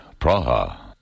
Praha